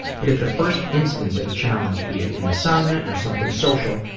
but at the first instance of a challenge be it an assignment or something social,